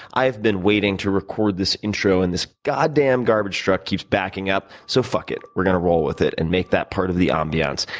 i've been waiting to record this intro and this goddamn garbage truck keeps backing up so fuck it, we're going to roll with it and make it part of the ambiance.